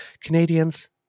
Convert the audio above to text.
Canadians